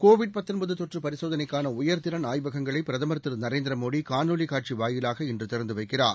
Covid தொற்றுபரிசோதனைக்கானஉயர்திறன் ஆய்வகங்களைபிரதமர் திருநரேந்திரமோடிகாணொலிகாட்சிவாயிலாக இன்றுதிறந்துவைக்கிறார்